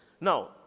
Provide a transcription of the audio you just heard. Now